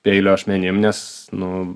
peilio ašmenim nes nu